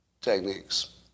techniques